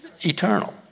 eternal